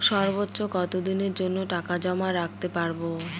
সর্বোচ্চ কত দিনের জন্য টাকা জমা রাখতে পারি?